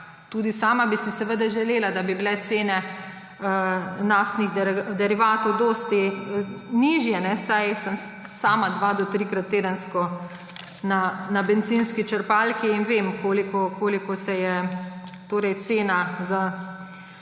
Tudi sama bi si želela, da bi bile cene naftnih derivatov veliko nižje, saj sem sama dvakrat do trikrat tedensko na bencinski črpalki in vem, koliko se je cena na